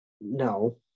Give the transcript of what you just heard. no